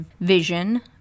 vision